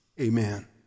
amen